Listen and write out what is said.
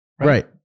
Right